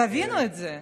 תבינו את זה,